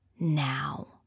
Now